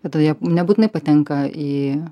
bet ta jie nebūtinai patenka į